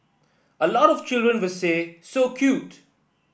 a lot of children will say so cute